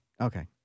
Okay